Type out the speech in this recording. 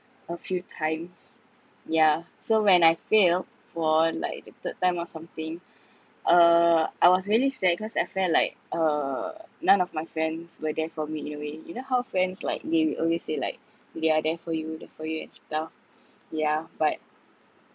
a few times yeah so when I failed for like the third time or something uh I was really sad cause I felt like uh none of my friends were there for me in a way you know how friends like they always say like they are there for you there for you and stuff yeah but